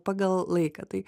pagal laiką tai